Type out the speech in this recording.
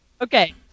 Okay